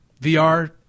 VR